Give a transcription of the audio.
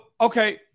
Okay